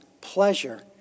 pleasure